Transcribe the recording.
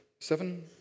Seven